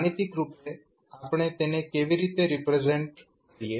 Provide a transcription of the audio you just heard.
ગાણિતિક રૂપે આપણે તેને કેવી રીતે રિપ્રેઝેન્ટ કરીએ